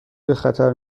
بخطر